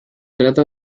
trata